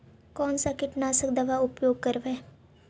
कोन सा कीटनाशक दवा उपयोग करबय?